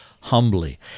humbly